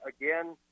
again